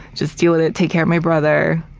just deal with it, take care of my brother,